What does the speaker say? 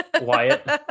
Wyatt